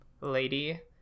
lady